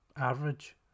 Average